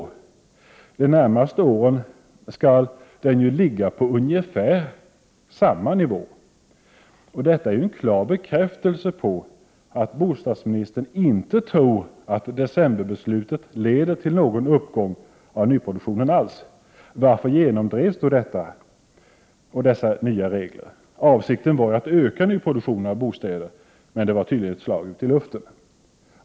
41 De närmaste åren skall den ju ligga på ungefär samma nivå. Detta är en klar bekräftelse på att bostadsministern inte tror att decemberbeslutet kommer att leda till någon uppgång alls av nyproduktionen. Varför genomdrevs då dessa nya regler? Avsikten var att öka nyproduktionen av bostäder, men det var tydligen ett slag i luften.